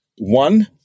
One